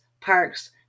parks